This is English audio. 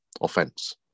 offense